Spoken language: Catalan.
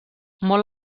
molt